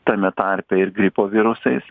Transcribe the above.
tame tarpe ir gripo virusais